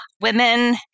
Women